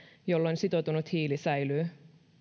jolloin sitoutunut hiili säilyy